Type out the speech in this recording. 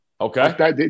Okay